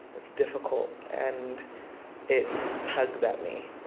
it's difficult, and it tugs at me.